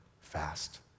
fast